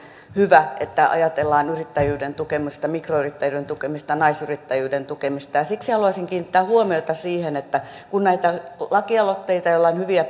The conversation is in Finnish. hyvä että ajatellaan yrittäjyyden tukemista mikroyrittäjyyden tukemista naisyrittäjyyden tukemista siksi haluaisin kiinnittää huomiota siihen että kun näitä lakialoitteita joilla on hyviä